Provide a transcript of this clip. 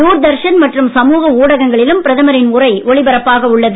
தூர்தர்ஷன் மற்றும் சமூக ஊடகங்களிலும் பிரதமரின் உரை ஒளிப்பரப்பாக உள்ளன